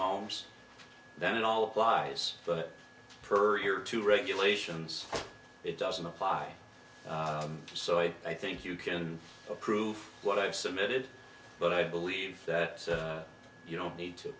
homes then it all applies but per year two regulations it doesn't apply so i think you can approve what i've submitted but i believe that you don't need to